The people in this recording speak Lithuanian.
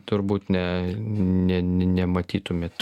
turbūt ne ne nematytumėt